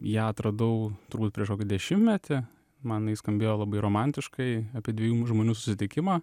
ją atradau turbūt prieš kokį dešimtmetį man jinai skambėjo labai romantiškai apie dviejų žmonių susitikimą